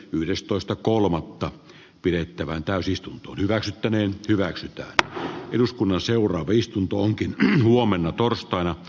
yhdestoista kolmannetta pidettävään täysistunto hyväksyttäneen hyväksytään eduskunnassa europe istunto onkin huomenna torstaina